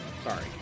Sorry